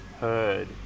heard